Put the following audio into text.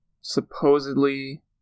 supposedly